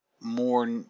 more